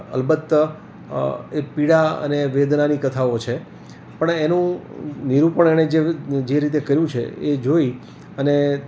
અલબત્ત એ પીડા અને વેદનાની કથાઓ છે પણ એનું નિરૂપણ એણે જે રીતે કર્યું છે એ જોઈ અને